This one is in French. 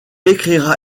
écrira